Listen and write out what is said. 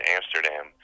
Amsterdam